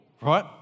right